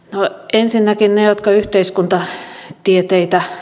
ensinnäkin ne ne jotka yhteiskuntatieteitä